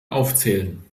aufzählen